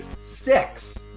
Six